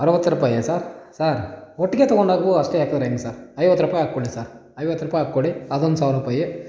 ಅರವತ್ತು ರೂಪಾಯಿಯ sir sir ಒಟ್ಟಿಗೆ ತಗೊಂಡಾಗೂ ಅಷ್ಟೆ ಹಾಕಿದ್ರು ಹೆಂಗೆ ಸರ್ ಐವತ್ತು ರೂಪಾಯಿ ಹಾಕ್ಕೊಡಿ ಸರ್ ಐವತ್ತು ರೂಪಾಯಿ ಹಾಕ್ಕೊಡಿ ಅದೊಂದು ಸಾವಿರ ರೂಪಾಯಿ